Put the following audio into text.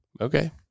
Okay